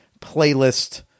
playlist